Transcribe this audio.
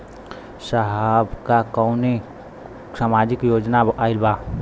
साहब का कौनो सामाजिक योजना आईल बा?